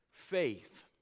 Faith